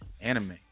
anime